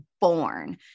born